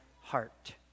heart